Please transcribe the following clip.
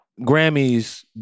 Grammys